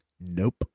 Nope